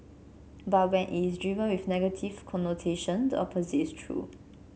but when it is driven with a negative connotation the opposite is true